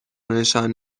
نشان